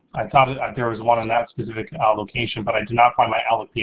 i thought ah there was one on that specific ah location but i did not find my allo